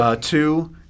Two